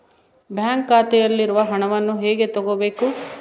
Bank ಖಾತೆಯಲ್ಲಿರುವ ಹಣವನ್ನು ಹೇಗೆ ತಗೋಬೇಕು?